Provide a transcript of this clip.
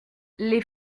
les